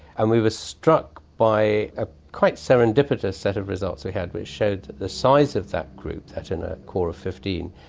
and we were struck by a quite serendipitous set of results we had which showed that the size of that group, that in a core of fifteen,